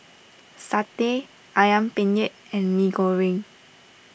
Satay Ayam Penyet and Mee Goreng